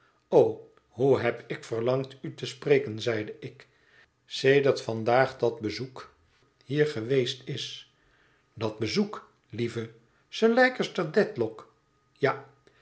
o hoe heb ik verlangd u te spreken zeide ik sedert vandaag dat bezoek hier geweest is dat bezoek lieve sir leicester dedlock ja